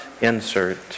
insert